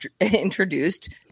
introduced